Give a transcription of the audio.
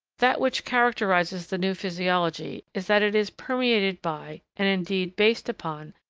that which characterises the new physiology is that it is permeated by, and indeed based upon,